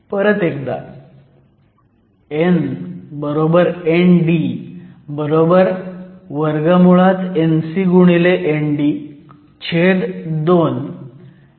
परत एकदा n ND NcND2exp ∆Eg2kT